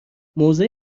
موضع